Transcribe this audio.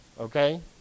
Okay